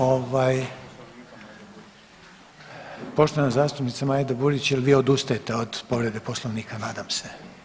Ovaj, poštovana zastupnica Majda Burić jel vi odustajete od povrede Poslovnika nadam se?